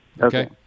Okay